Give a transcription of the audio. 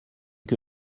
que